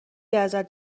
ازت